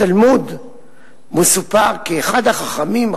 בתלמוד מסופר כי אחד החכמים,